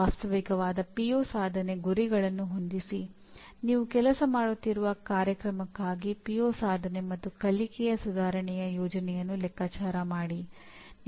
ವಾಸ್ತವಿಕವಾದ PO ಸಾಧನೆ ಮತ್ತು ಕಲಿಕೆಯ ಸುಧಾರಣೆಯ ಯೋಜನೆಯನ್ನು ಲೆಕ್ಕಾಚಾರ ಮಾಡಿ